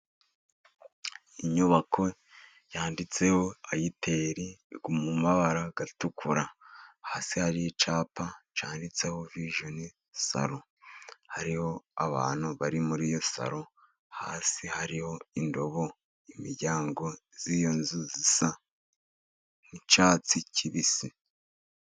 Inyubako yanditseho ayiteri mu mabara atukura. Hasi hari icyapa cyanditseho vijoni saro. Hariho abantu bari muri iyo saro. Hasi hariho indobo, imiryango y'iyo nzu isa nk'icyatsi kibisi.